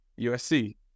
USC